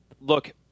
Look